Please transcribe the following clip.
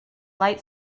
light